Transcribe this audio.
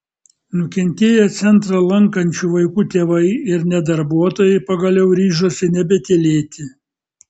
nukentėję centrą lankančių vaikų tėvai ir net darbuotojai pagaliau ryžosi nebetylėti